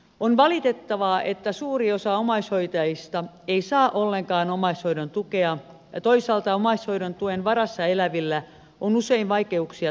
on valitettavaa että suuri osa omaishoitajista ei saa ollenkaan omaishoidon tukea ja toisaalta omaishoidon tuen varassa elävillä on usein vaikeuksia toimeentulon suhteen